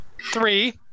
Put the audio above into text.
Three